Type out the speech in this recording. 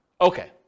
Okay